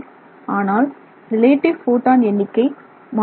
ஆனால் relative photon எண்ணிக்கை மாறுவதில்லை